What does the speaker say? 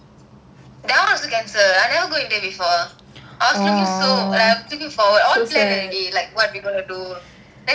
that [one] also cancel never go with them before I was looking so like I was looking forward like all plan already like what we going to do then cancel